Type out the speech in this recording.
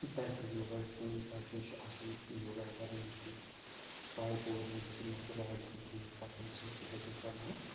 تتہِ یوگا یُس أمِس باسہِ ہے یہِ چھُ اصل یوگا کران أمِس چھُ پاے پوٗرٕ ییٚمِس چھ مان ژٕ باڈی تہِ ٹھیٖک پکان ٲسۍ أسۍ تِتھٕے کٕنۍ کرناوان